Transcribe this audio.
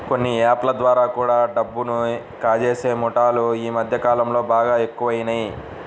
కొన్ని యాప్ ల ద్వారా కూడా డబ్బుని కాజేసే ముఠాలు యీ మద్దె కాలంలో బాగా ఎక్కువయినియ్